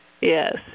Yes